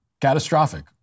catastrophic